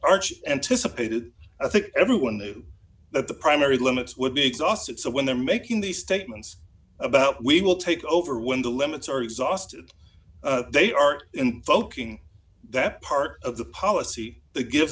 arch anticipated i think everyone knew that the primary limits would be exhausted so when they're making these statements about we will take over when the limits are exhausted they are invoking that part of the policy the give